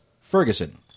Ferguson